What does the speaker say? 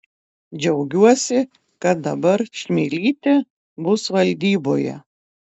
džiaugiuosi kad dabar čmilytė bus valdyboje